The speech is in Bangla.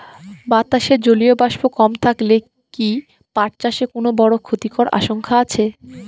বাতাসে জলীয় বাষ্প কম থাকলে কি পাট চাষে কোনো বড় ক্ষতির আশঙ্কা আছে?